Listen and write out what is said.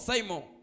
Simon